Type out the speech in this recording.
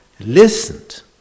Listened